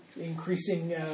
Increasing